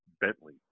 Bentley